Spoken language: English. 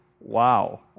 wow